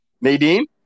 Nadine